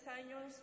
años